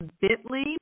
bit.ly